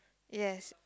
yes